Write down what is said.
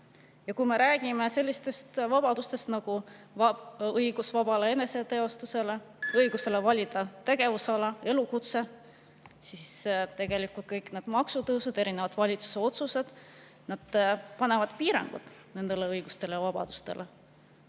Ja kui me räägime sellistest vabadustest nagu õigus vabale eneseteostusele, õigus valida tegevusala, elukutse, siis tegelikult kõik need maksutõusud, erinevad valitsuse otsused panevad piirangud nendele õigustele ja vabadustele.